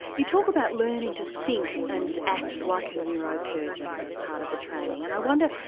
you talk about learning to think and act like a neurosurgeon as part of the training and, i wonder,